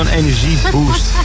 energieboost